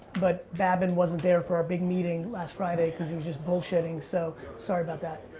but babin wasn't there for our big meeting last friday because he was just bullshitting, so sorry about that.